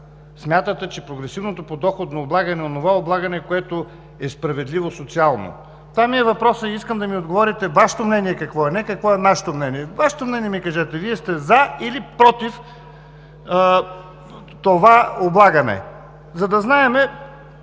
смятате, че прогресивното подоходно облагане е онова облагане, което е справедливо социално? Това ми е въпросът и искам да ми отговорите Вашето мнение какво е, а не какво е нашето мнение. Вашето мнение ми кажете! Вие сте „за“ или „против“ това облагане? За да знаем,